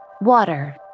Water